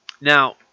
Now